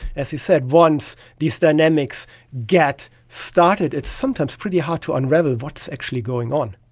as you said, once these dynamics get started, it's sometimes pretty hard to unravel what is actually going on.